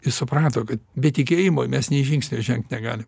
jis suprato kad be tikėjimo mes nė žingsnio žengt negalim